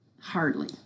Hardly